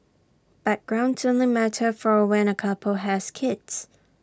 backgrounds only matter for when A couple has kids